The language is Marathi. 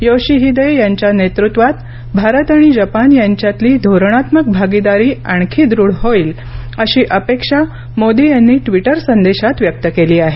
योशिहिदे यांच्या नेतृत्वात भारत आणि जपान यांच्यातली धोरणात्मक भागीदारी आणखी दृढ होईल अशी अपेक्षा मोदी यांनी ट्विटर संदेशात व्यक्त केली आहे